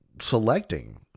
selecting